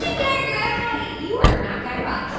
ah guy guy you are not guy raz